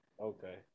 Okay